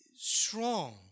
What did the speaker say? strong